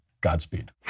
Godspeed